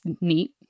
neat